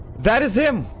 that is him!